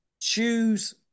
choose